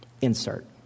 insert